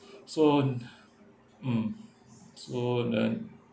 so mm so then